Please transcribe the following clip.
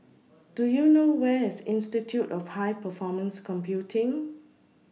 Do YOU know Where IS Institute of High Performance Computing